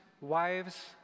wives